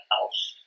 house